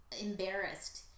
embarrassed